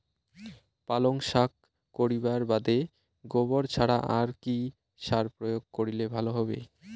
পালং শাক করিবার বাদে গোবর ছাড়া আর কি সার প্রয়োগ করিলে ভালো হবে?